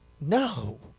No